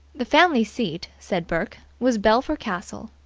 the family seat, said burke, was belpher castle,